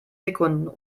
sekunden